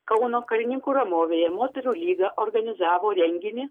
kauno karininkų ramovėje moterų lyga organizavo renginį